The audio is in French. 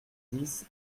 dix